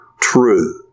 true